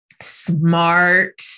smart